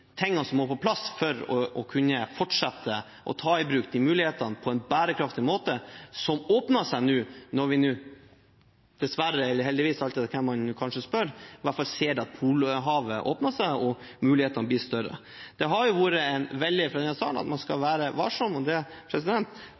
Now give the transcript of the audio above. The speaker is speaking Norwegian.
det som må på plass for å kunne fortsette å ta i bruk de mulighetene, på en bærekraftig måte, som har åpnet seg når vi nå – dessverre eller heldigvis, alt etter hvem man spør – ser at polhavet åpner seg og mulighetene blir større. Det har vært en vilje fra denne salen om at man skal være varsom, og det